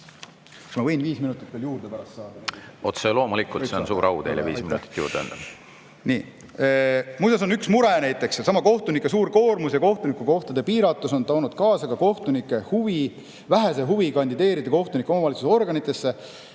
ma võin viis minutit veel juurde pärast saada? Otse loomulikult, see on suur au teile viis minutit juurde anda. Aitäh! Muuseas, üks mure on see, et kohtunike suur koormus ja kohtunikukohtade piiratud [arv] on toonud kaasa ka kohtunike vähese huvi kandideerida kohtunikuna omavalitsusorganitesse,